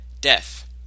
death